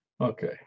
okay